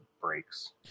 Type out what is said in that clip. breaks